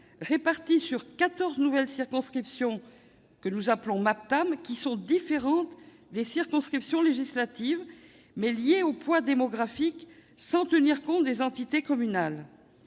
répartis sur 14 nouvelles « circonscriptions Maptam »: celles-ci sont différentes des circonscriptions législatives ; elles sont liées au poids démographique, sans tenir compte des entités communales.